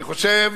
אני חושב